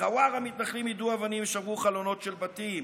בחווארה מנחלים יידו אבנים ושברו חלונות של בתים,